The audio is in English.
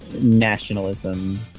nationalism